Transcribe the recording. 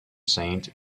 saint